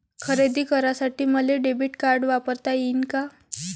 खरेदी करासाठी मले डेबिट कार्ड वापरता येईन का?